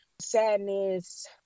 sadness